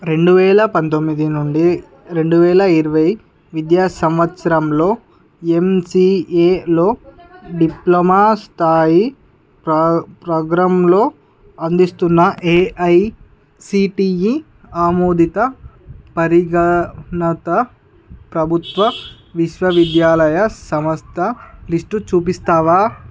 రెండువేల పంతొమ్మిది నుండి రెండువేల ఇరవై విద్యా సంవత్సరంలో ఎంసిఏలో డిప్లొమా స్థాయి ప్రో ప్రోగ్రాం లో అందిస్తున్న ఏఐసిటీఈ ఆమోదిత పరిగనత ప్రభుత్వ విశ్వ విద్యాలయ సంస్థ లిస్టు చుపిస్తావా